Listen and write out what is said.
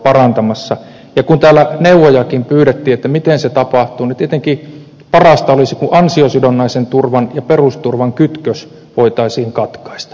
ja kun täällä neuvojakin pyydettiin että miten se tapahtuu niin tietenkin parasta olisi kun ansiosidonnaisen turvan ja perusturvan kytkös voitaisiin katkaista